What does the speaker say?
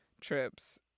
trips